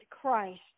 Christ